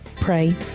Pray